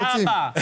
תודה רבה.